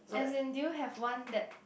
as in do you have one that